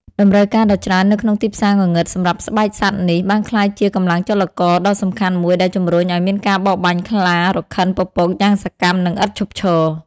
តម្រូវការដ៏ច្រើននៅក្នុងទីផ្សារងងឹតសម្រាប់ស្បែកសត្វនេះ បានក្លាយជាកម្លាំងចលករដ៏សំខាន់មួយដែលជំរុញឲ្យមានការបរបាញ់ខ្លារខិនពពកយ៉ាងសកម្ម និងឥតឈប់ឈរ។